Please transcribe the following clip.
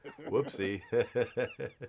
Whoopsie